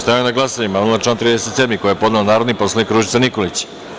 Stavljam na glasanje amandman na član 37. koji je podnela narodni poslanik Ružica Nikolić.